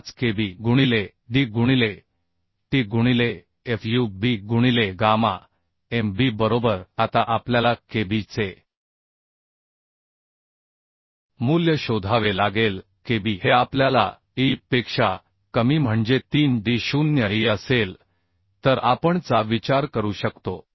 5Kb गुणिले d गुणिले t गुणिले f u b गुणिले गामा m b बरोबर आता आपल्याला Kb चे मूल्य शोधावे लागेल Kb हे आपल्याला E पेक्षा कमी म्हणजे 3d0E असेल तर आपण चा विचार करू शकतो